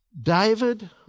David